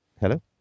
Hello